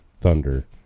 thunder